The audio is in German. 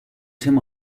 tim